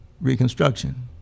Reconstruction